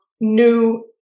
new